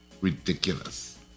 Ridiculous